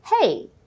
hey